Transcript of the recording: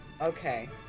Okay